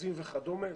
ניקוזים וכדומה.